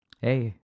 hey